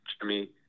Jimmy